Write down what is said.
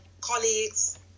colleagues